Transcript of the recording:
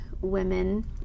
women